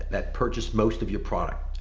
that purchase most of your product.